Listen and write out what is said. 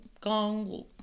gong